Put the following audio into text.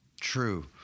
true